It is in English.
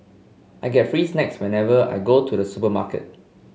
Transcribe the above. I get free snacks whenever I go to the supermarket